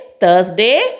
Thursday